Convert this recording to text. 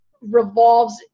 revolves